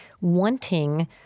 wanting